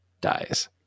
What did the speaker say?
dies